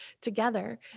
together